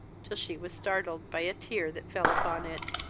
till she was startled by a tear that fell upon it.